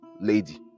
lady